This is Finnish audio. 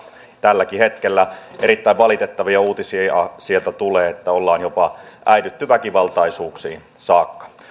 tälläkin hetkellä erittäin valitettavia uutisia sieltä tulee ollaan äidytty jopa väkivaltaisuuksiin saakka